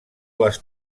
les